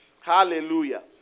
Hallelujah